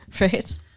Right